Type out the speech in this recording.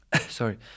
sorry